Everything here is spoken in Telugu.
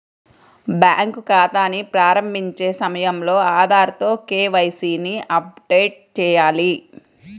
బ్యాంకు ఖాతాని ప్రారంభించే సమయంలో ఆధార్ తో కే.వై.సీ ని అప్డేట్ చేయాలి